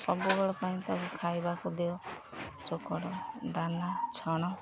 ସବୁବେଳେ ପାଇଁ ତାକୁ ଖାଇବାକୁ ଦିଅ ଚୋକଡ଼ ଦାନା ଛଣ